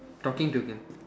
talking to girl